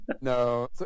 no